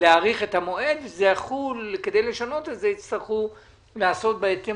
להאריך את המועד וכדי לשנות את זה יצטרכו לעשות בהתאם